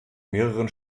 mehreren